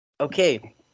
okay